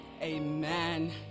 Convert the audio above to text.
amen